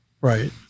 Right